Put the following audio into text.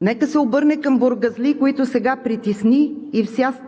Нека се обърне към бургазлии, които сега притесни и вся